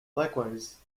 likewise